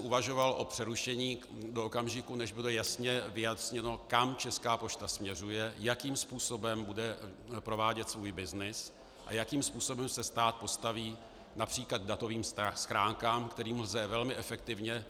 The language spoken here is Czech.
Uvažoval jsem o přerušení do okamžiku, než bude vyjasněno, kam Česká pošta směřuje, jakým způsobem bude provádět svůj byznys a jakým způsobem se stát postaví například k datovým schránkám, kterými lze velmi efektivně